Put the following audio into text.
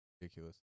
ridiculous